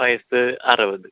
വയസ്സ് അറുപത്